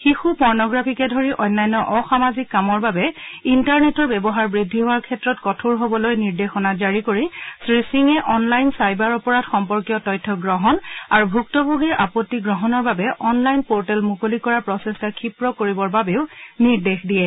শিশু পৰ্ণগ্ৰাফীকে ধৰি অন্যান্য অসামাজিক কামৰ বাবে ইণ্টাৰনেটৰ ব্যৱহাৰ বৃদ্ধি হোৱাৰ ক্ষেত্ৰত কঠোৰ হ'বলৈ নিৰ্দেশনা জাৰি কৰি শ্ৰীসিঙে অনলাইন চাইবাৰ অপৰাধ সম্পৰ্কীয় তথ্য গ্ৰহণ আৰু ভুক্তভোগীৰ আপত্তি গ্ৰহণৰ বাবে অনলাইন পৰ্টেল মুকলি কৰাৰ প্ৰচেষ্টা ক্ষীপ্ৰ কৰিবৰ বাবও নিৰ্দেশ দিয়ে